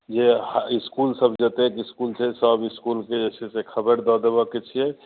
जे इसकुल सब जतेक इसकुल छै सब इसकुलके जे छै से खबर दऽ देबऽके छियै